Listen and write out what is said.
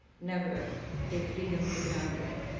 never take freedom for granted.